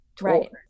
right